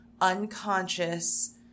unconscious